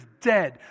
dead